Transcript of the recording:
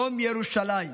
יום ירושלים,